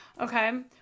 Okay